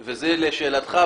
לשאלתך,